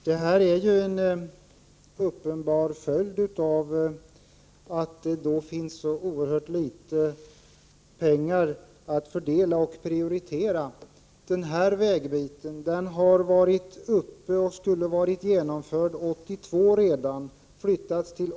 Herr talman! Det är uppenbart att det förhållande som kommunikationsministern beskriver är en följd av att det finns så oerhört litet pengar att fördela. Den här ombyggnaden skulle ha varit genomförd redan 1982.